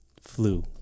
flu